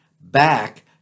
back